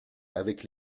avec